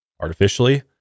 artificially